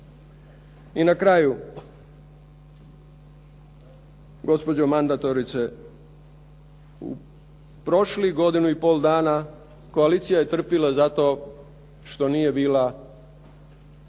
I na kraju, gospođo mandatorice, u prošlih godinu i pol dana koalicija je trpila zato što nije bila usklađena,